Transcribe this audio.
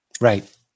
Right